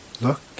look